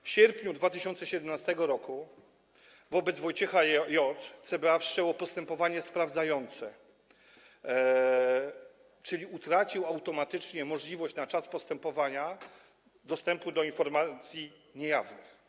W sierpniu 2017 r. wobec Wojciecha J. CBA wszczęło postępowanie sprawdzające, czyli utracił automatycznie możliwość na czas postępowania dostępu do informacji niejawnych.